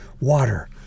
water